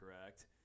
correct